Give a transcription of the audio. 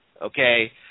okay